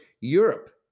Europe